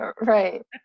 Right